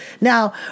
Now